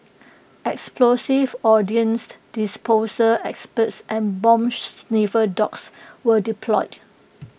explosives ordnance disposal experts and bomb sniffer dogs were deployed